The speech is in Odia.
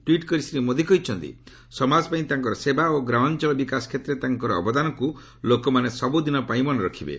ଟ୍ୱିଟ୍ କରି ଶ୍ରୀ ମୋଦି କହିଛନ୍ତି ସମାଜପାଇଁ ତାଙ୍କର ସେବା ଓ ଗ୍ରାମାଞ୍ଚଳ ବିକାଶ କ୍ଷେତ୍ରରେ ତାଙ୍କ ଅବଦାନକୁ ଲୋକମାନେ ସବୁଦିନ ପାଇଁ ମନେରଖିବେ